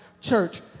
church